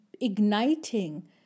igniting